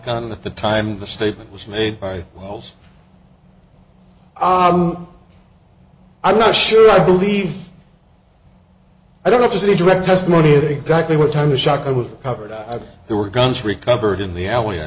gun at the time the statement was made by hall's i'm not sure i believe i don't know if there's any direct testimony of exactly what time the shaka was covered up there were guns recovered in the alley i